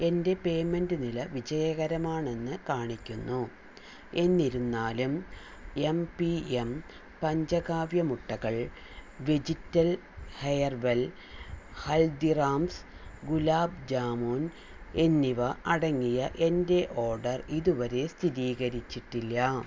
എന്റെ പേയ്മെൻറ്റ് നില വിജയകരമാണെന്ന് കാണിക്കുന്നു എന്നിരുന്നാലും എം പി എം പഞ്ചകാവ്യ മുട്ടകൾ വെജിറ്റൽ ഹെയർവെൽ ഹൽദിറാംസ് ഗുലാബ് ജാമുൻ എന്നിവ അടങ്ങിയ എന്റെ ഓർഡർ ഇതുവരെ സ്ഥിരീകരിച്ചിട്ടില്ല